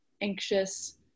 anxious